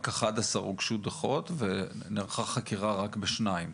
רק 11 הוגשו דוחות ונערכה חקירה רק בשניים.